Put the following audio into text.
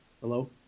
hello